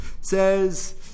says